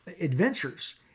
adventures